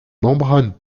membranes